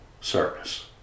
service